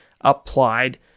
applied